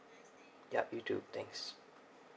yup you too thanks